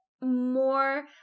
more